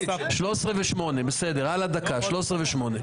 בשעה 13:08.)